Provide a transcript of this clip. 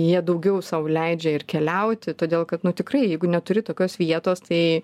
jie daugiau sau leidžia ir keliauti todėl kad nu tikrai jeigu neturi tokios vietos tai